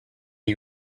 are